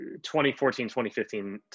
2014-2015